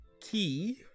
key